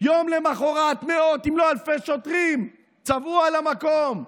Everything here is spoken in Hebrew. יום למוחרת מאות אם לא אלפי שוטרים צבאו על המקום.